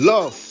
Love